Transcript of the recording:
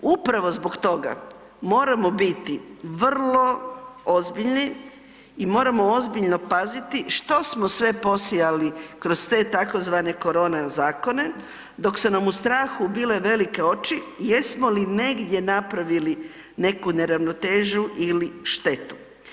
Upravo zbog toga moramo biti vrlo ozbiljni i moramo ozbiljno paziti što smo sve posijali kroz tzv. korona zakone dok su nam u strahu bile velike oči i jesmo li negdje napravili neku neravnotežu ili štetu.